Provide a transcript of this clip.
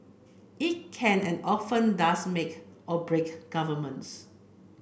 it can and often does make or break governments